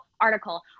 article